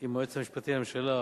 עם היועץ המשפטי לממשלה,